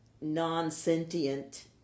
non-sentient